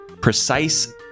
precise